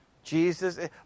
Jesus